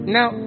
Now